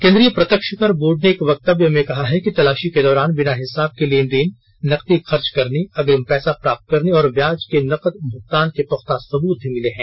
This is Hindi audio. केन्द्रीय प्रत्यक्ष कर बोर्ड ने एक वक्तव्य में कहा है कि तलाशी के दौरान बिना हिसाब के लेन देन नकदी खर्च करने अग्रिम पैसा प्राप्त करने और ब्याज के नकद भुगतान के पुख्ता सबूत भी मिले हैं